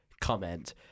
comment